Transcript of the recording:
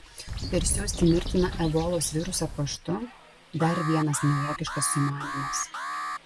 persiųsti mirtiną ebolos virusą paštu dar vienas nelogiškas sumanymas